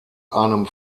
einem